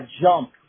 jump